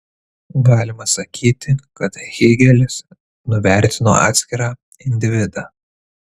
galima sakyti kad hėgelis nuvertino atskirą individą